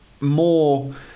more